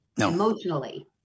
emotionally